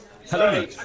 Hello